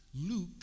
Luke